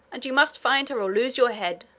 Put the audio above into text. and you must find her or lose your head.